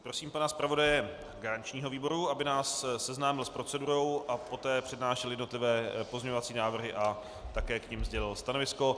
Prosím pana zpravodaje garančního výboru, aby nás seznámil s procedurou a poté přednášel jednotlivé pozměňovací návrhy a také k nim sdělil stanovisko.